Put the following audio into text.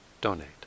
donate